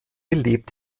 lebt